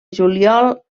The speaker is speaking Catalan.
juliol